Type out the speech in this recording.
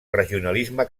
regionalisme